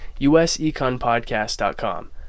useconpodcast.com